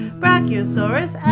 brachiosaurus